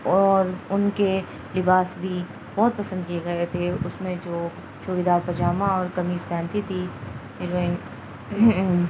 اور ان کے لباس بھی بہت پسند کیے گئے تھے اس میں جو چووری دار پائجامہ اور قمیص پہنتی تھی ہیروئن